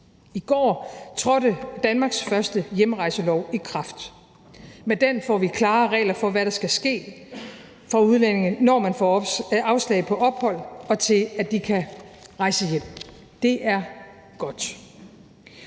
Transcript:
I går trådte Danmarks første hjemrejselov i kraft. Med den får vi klare regler for, hvad der skal ske for udlændinge, når de får afslag på ophold, frem til at de kan rejse hjem. Det er godt.